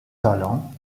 talent